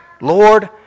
Lord